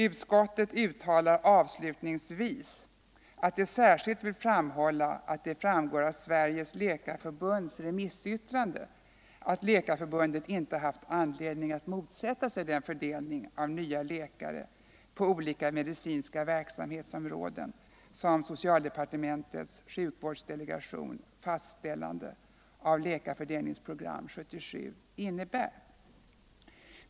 Utskottet uttalar avslutningsvis att det särskilt vill framhålla att det framgår av Sveriges läkarförbunds remissyttrande att Läkarförbundet inte har haft anledning att motsätta sig den fördelning av nya läkare på olika medicinska verksamhetsområden som socialdepartementets sjukvårdsdelegations fastställande av Läkarfördelningsprogram 77 innebär.